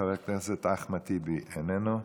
חבר הכנסת אחמד טיבי, איננו,